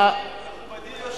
אדוני היושב-ראש,